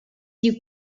you